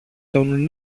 τον